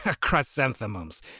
chrysanthemums